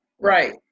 Right